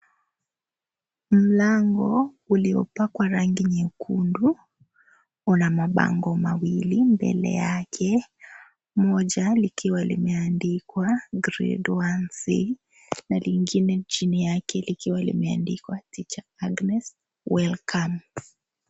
Mlango uliopakwa rangi nyekundu una mabango mawili. Mbele yake, moja likiwa limeandikwa, grade 1c na lingine chini yake likiwa limeandikwa teacher Agnes welcome .